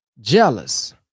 jealous